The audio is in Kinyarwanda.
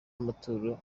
amaturo